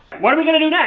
what are we gonna do yeah